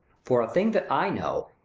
for a thing that i know.